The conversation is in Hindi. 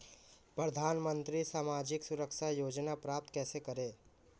प्रधानमंत्री सामाजिक सुरक्षा योजना प्राप्त कैसे करें?